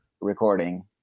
recording